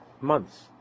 months